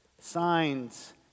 Signs